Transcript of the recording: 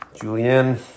julienne